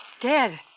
Dead